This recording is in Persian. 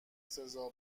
سزا